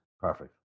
perfect